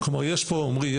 עמרי,